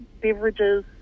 beverages